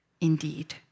indeed